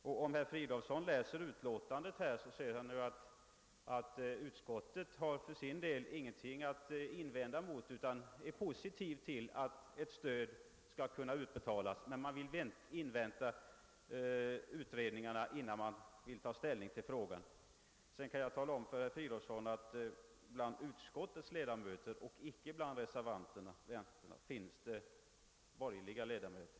Om herr Fridolfsson läser utlåtandet, ser han att utskottet inte har någonting att invända mot utan tvärtom ser positivt på tanken att ett stöd skall kunna utbetalas, men det vill alltså invänta utredningarna innan frågan avgörs. Jag kan också tala om för herr Fri dolfsson i Stockholm att det är under utskottsmajoritetens hemställan men icke under reservationen 1 man återfinner borgerliga ledamöter.